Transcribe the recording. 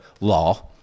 law